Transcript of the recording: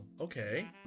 Okay